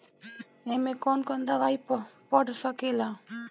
ए में कौन कौन दवाई पढ़ सके ला?